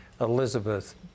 Elizabeth